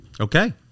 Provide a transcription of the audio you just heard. Okay